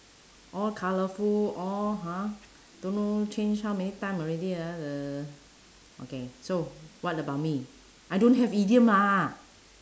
all colourful all ha don't know change how many time already ah the okay so what about me I don't have idiom ah